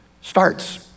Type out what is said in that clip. starts